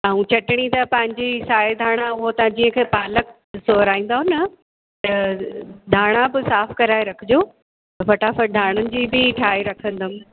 ऐं चटिणी त पंहिंजी साव धाणा हो तव्हां जंहिंखे पालकु सोराईंदव न त धाणा बि साफ़ु कराए रखिजो फ़टाफ़ट धाणानि जी बि ठाहे रखंदमि